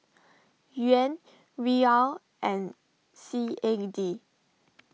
Yuan Riyal and C A D